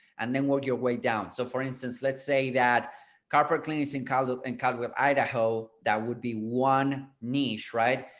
and then work your way down. so for instance, let's say that carpet cleaners in colorado and caldwell, idaho, that would be one niche, right,